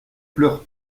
pleure